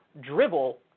dribble